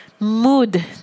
Mood